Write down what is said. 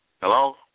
Hello